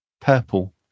purple